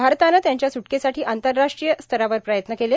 भारतानं त्यांच्या सुट्केसाठी आंतरराष्ट्रीय स्तरावर प्रयत्न केले